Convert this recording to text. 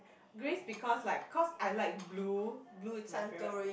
Greece because like cause I like blue blue is my favourite